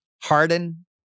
Harden